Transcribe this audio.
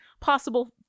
possible